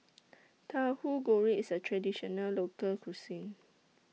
Tauhu Goreng IS A Traditional Local Cuisine